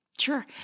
Sure